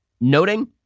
noting